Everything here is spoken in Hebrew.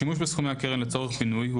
השימוש בסכומי הקרן לצורך בינוי הוא